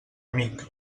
amic